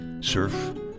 surf